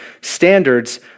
standards